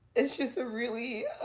it's just a really